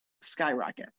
skyrocket